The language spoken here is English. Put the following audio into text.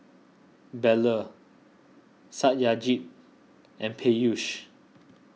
Bellur Satyajit and Peyush